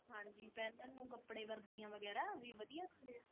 ਹਾਂਜੀ ਪਹਿਨਣ ਨੂੰ ਕੱਪੜੇ ਵਰਦੀਆਂ ਵਗੈਰਾ ਵੀ ਵਧੀਆ ਦਿੰਦੇ ਹੈ